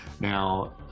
Now